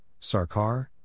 Sarkar